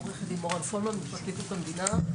עו"ד מורן פולמן מפרקליטות המדינה.